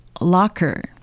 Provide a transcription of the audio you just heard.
locker